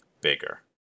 bigger